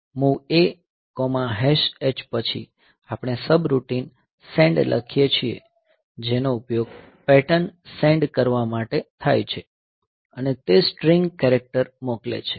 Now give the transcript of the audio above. MOV AH પછી આપણે subroutine send લખીએ છીએ જેનો ઉપયોગ પેટર્ન સેન્ડ કરવા માટે થાય છે અને તે સ્ટ્રીંગ કેરેક્ટર મોકલે છે